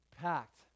packed